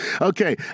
Okay